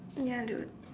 ya I'll do it